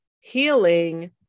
healing